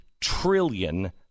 trillion